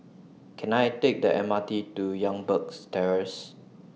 Can I Take The M R T to Youngberg Terrace